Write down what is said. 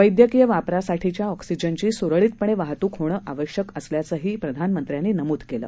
वैद्यकीय वापरासाठीच्या ऑक्सिजनची सुरळितपणे वाहतूक होणं आवश्यक असल्याचंही प्रधानमंत्र्यांनी नमूद केलं